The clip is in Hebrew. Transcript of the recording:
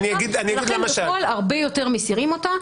לכן בפועל הרבה יותר מסירים אותה.